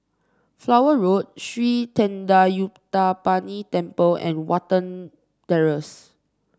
Flower Road Sri Thendayuthapani Temple and Watten Terrace